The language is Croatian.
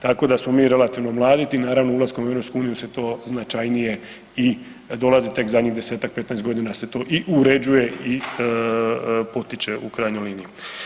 Tako da smo mi relativno mladi, tim naravno ulaskom u EU se to značajnije i dolazi tek zadnjih 10-tak 15.g. se to i uređuje i potiče u krajnjoj liniji.